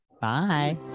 Bye